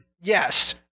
Yes